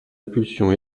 impulsion